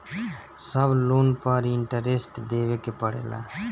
सब लोन पर इन्टरेस्ट देवे के पड़ेला?